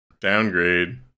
downgrade